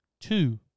Two